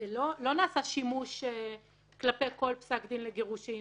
לא נעשה שימוש כלפי כל פסק דין לגירושין